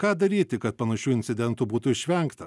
ką daryti kad panašių incidentų būtų išvengta